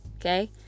Okay